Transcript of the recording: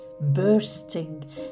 bursting